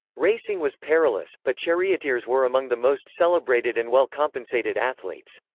racing was perilous, but charioteers were among the most celebrated and well-compensated athletes.